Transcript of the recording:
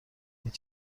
هیچ